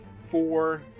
four